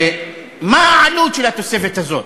מה העלות של התוספת הזאת?